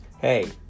Hey